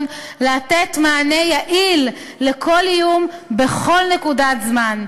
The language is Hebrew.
לתת מענה יעיל לכל איום בכל נקודת זמן.